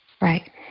Right